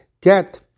get